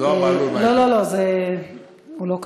הוא לא כאן.